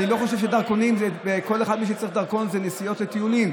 אני לא חושב שכל אחד צריך דרכון לנסיעות ולטיולים,